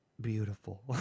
beautiful